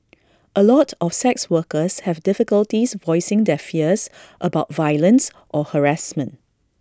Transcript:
A lot of sex workers have difficulties voicing their fears about violence or harassment